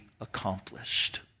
accomplished